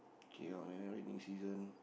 K lor like that lor in season